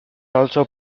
also